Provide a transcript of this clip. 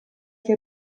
che